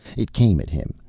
it came at him,